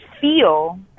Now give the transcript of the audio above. feel